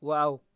wow